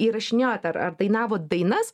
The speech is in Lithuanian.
įrašinėjot ar ar dainavot dainas